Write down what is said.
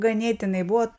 ganėtinai buvo